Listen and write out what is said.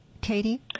Katie